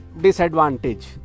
disadvantage